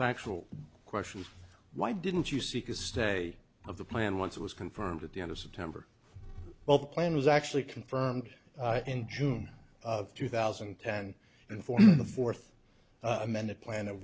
factual question why didn't you seek a stay of the plan once it was confirmed at the end of september well the plan was actually confirmed in june of two thousand and ten and for the fourth amended plan of